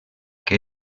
que